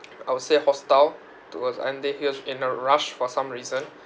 I would say hostile towards and they were in a rush for some reason